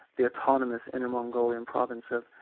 the autonomous inner mongolian provinces.